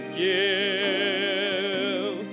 give